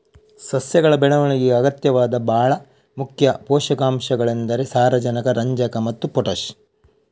ಸಸ್ಯಗಳ ಬೆಳವಣಿಗೆಗೆ ಅಗತ್ಯವಾದ ಭಾಳ ಮುಖ್ಯ ಪೋಷಕಾಂಶಗಳೆಂದರೆ ಸಾರಜನಕ, ರಂಜಕ ಮತ್ತೆ ಪೊಟಾಷ್